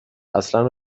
اصلن